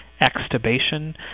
extubation